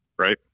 Right